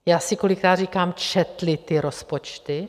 Já si kolikrát říkám: Četli ty rozpočty?